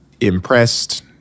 impressed